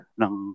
ng